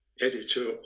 editor